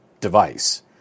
device